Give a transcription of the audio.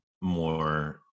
more